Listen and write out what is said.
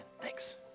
Thanks